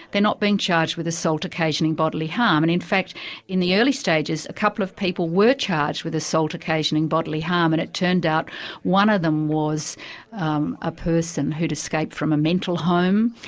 they're not being charged with assault occasioning bodily harm. and in fact in the early stages, a couple of people were charged with assault occasioning bodily harm harm and it turned out one of them was um a person who'd escaped from a mental home,